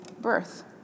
birth